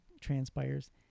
transpires